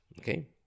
okay